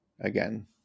again